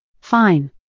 Fine